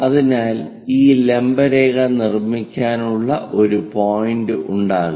അതിനാൽ ഈ ലംബ രേഖ നിർമ്മിക്കാനുള്ള ഒരു പോയിന്റ് ഉണ്ടാകും